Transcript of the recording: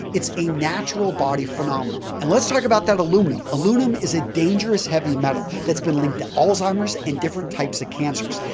it's a natural body phenomenon. and, let's talk about that aluminum. aluminum is a dangerous heavy metal that's been linked to alzheimer's and different types of cancers.